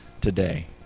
today